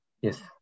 Yes